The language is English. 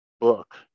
book